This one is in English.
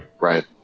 Right